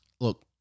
Look